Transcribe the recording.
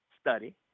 study